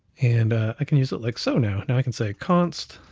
and i can use it like so now, now i can say const